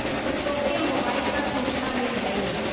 तोके मोबाइल पर सूचना मिल जाई